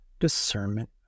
discernment